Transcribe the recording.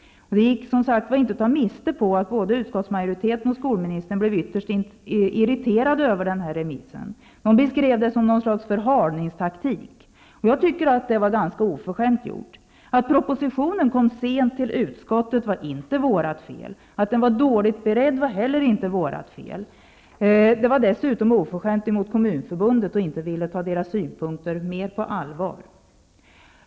Det gick, som sagt var, inte att ta miste på att både utskottsmajoriteten och skolministern blev ytterst irriterade över remissen. De beskrev det som någon slags förhalningstaktik. Jag tycker att det var ganska oförskämt. Att propositionen kom sent till utskottet var inte vårt fel. Att den var dåligt beredd var heller inte vårt fel. Det var dessutom oförskämt mot Kommunförbundet att inte ta deras synpunkter mer på allvar.